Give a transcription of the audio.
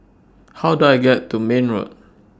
How Do I get to Mayne Road